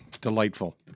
delightful